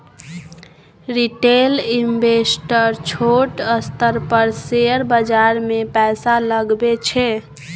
retail investor छोट स्तर पर शेयर बाजार मे पैसा लगबै छै